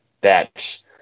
Batch